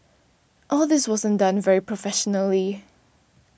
all this wasn't done very professionally